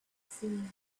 seen